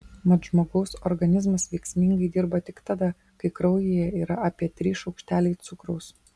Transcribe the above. mat žmogaus organizmas veiksmingai dirba tik tada kai kraujyje yra apie trys šaukšteliai cukraus